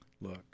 look